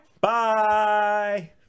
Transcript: Bye